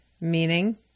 meaning